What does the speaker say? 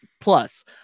plus